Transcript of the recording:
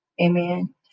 Amen